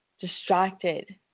distracted